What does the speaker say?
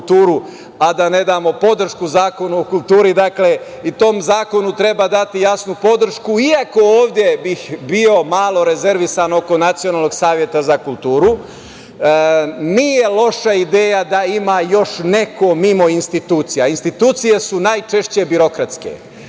a da ne damo podršku Zakonu o kulturi, dakle, i tom zakonu treba dati jasnu podršku, iako bih ovde bio malo rezervisan oko Nacionalnog saveta za kulturu. Nije loša ideja da ima još neko mimo institucija. Institucije su najčešće birokratske